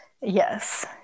yes